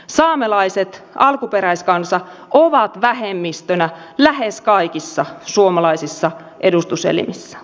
saamelaiset alkuperäiskansa ovat vähemmistönä lähes kaikissa suomalaisissa edustuselimissä